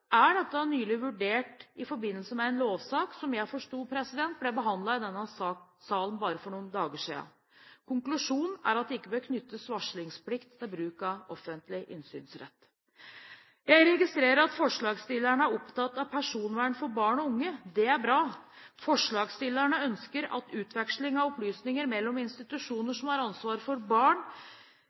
er dette nylig vurdert i forbindelse med en lovsak som jeg forsto ble behandlet i denne salen bare for noen dager siden. Konklusjonen er at det ikke bør knyttes varslingsplikt til bruk av offentlig innsynsrett. Jeg registrerer at forslagsstillerne er opptatt av personvern for barn og unge. Det er bra. Forslagsstillerne ønsker at utveksling av opplysninger mellom institusjoner som har ansvar for barn,